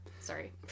Sorry